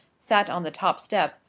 sat on the top step,